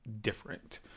different